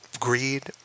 Greed